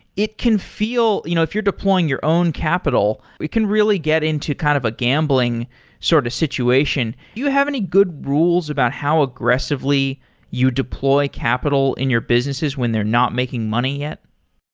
it can feel you know if you're deploying your own capital. it can really get into kind of a gambling sort of situation. do you have any good rules about how aggressively you deploy capital in your businesses when they're not making money yet?